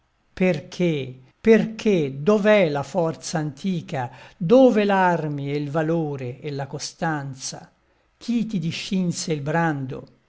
perché perché dov'è la forza antica dove l'armi e il valore e la costanza chi ti discinse il brando